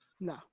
No